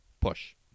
Push